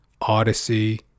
Odyssey